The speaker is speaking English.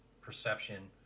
perception